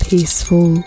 peaceful